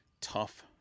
tough